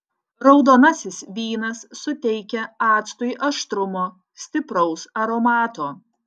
raudonasis vynas suteikia actui aštrumo stipraus aromato